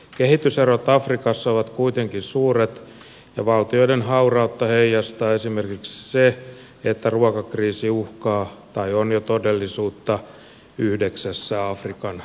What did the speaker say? kehityserot afrikassa ovat kuitenkin suuret ja valtioiden haurautta heijastaa esimerkiksi se että ruokakriisi uhkaa tai on jo todellisuutta yhdeksässä afrikan maassa